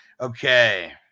Okay